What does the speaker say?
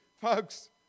folks